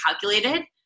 calculated